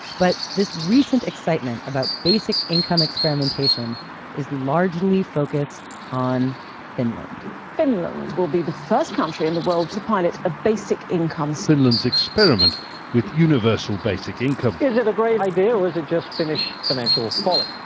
but this recent excitement about basic income experimentation is largely focused on finland finland will be the first country in the world to pilot a basic income finland's experiment with universal basic income is it a great idea, or was it just finnish financial folly?